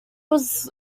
was